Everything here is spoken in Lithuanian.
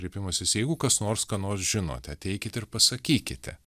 kreipimasis jeigu kas nors ką nors žinote ateikit ir pasakykite